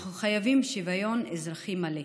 אנחנו חייבים שוויון אזרחי מלא,